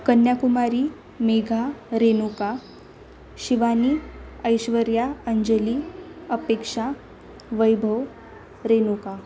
Kanyakumari Megha Renuka Shivani Aishwarya Anjali Apeksha Vaibhav Renuka